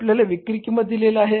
आपल्याला विक्री किंमत दिलेले आहे